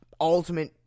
ultimate